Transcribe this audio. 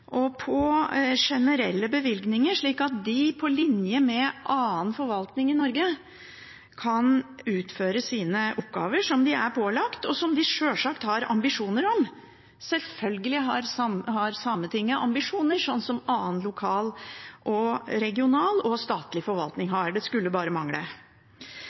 og med generelle bevilgninger, slik at de, på linje med annen forvaltning i Norge, kan utføre sine oppgaver, som de er pålagt, og som de sjølsagt har ambisjoner om. Selvfølgelig har Sametinget ambisjoner, sånn som annen lokal, regional og statlig forvaltning har. Det skulle bare mangle.